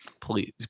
Please